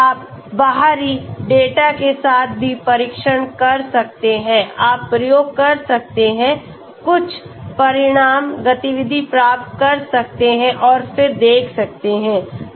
फिर आप बाहरी डेटा के साथ भी परीक्षण कर सकते हैं आप प्रयोग कर सकते हैं कुछ परिणाम गतिविधि प्राप्त कर सकते हैं और फिर देख सकते हैं